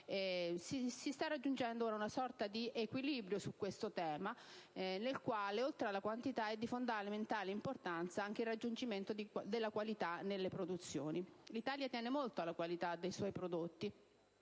Si sta raggiungendo una sorta di equilibrio su questo tema, nel quale, oltre alla quantità, è di fondamentale importanza anche il raggiungimento della qualità nelle produzioni. L'Italia tiene molto alla qualità dei suoi prodotti,